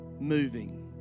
moving